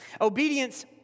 Obedience